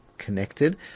connected